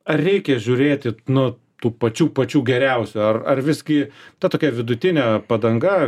ar reikia žiūrėti nu tų pačių pačių geriausių ar ar visgi ta tokia vidutinė padanga